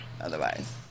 Otherwise